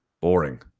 boring